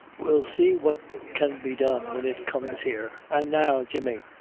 we'll see what can be done when it comes here. an' now, jemmy,